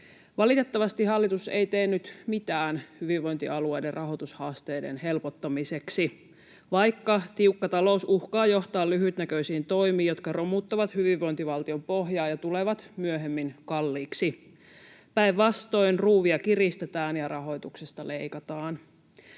Valitettavasti hallitus ei tee nyt mitään hyvinvointialueiden rahoitushaasteiden helpottamiseksi, vaikka tiukka talous uhkaa johtaa lyhytnäköisiin toimiin, jotka romuttavat hyvinvointivaltion pohjaa ja tulevat myöhemmin kalliiksi. Päinvastoin, ruuvia kiristetään ja rahoituksesta leikataan.